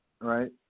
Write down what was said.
Right